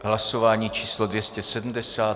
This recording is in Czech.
Hlasování číslo 270.